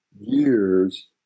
years